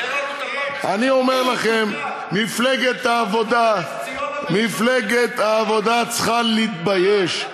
אני אומר לכם, מפלגת העבודה צריכה להתבייש.